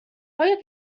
آیا